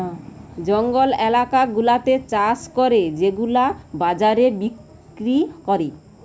জঙ্গল এলাকা গুলাতে চাষ করে সেগুলা বাজারে বিক্রি করে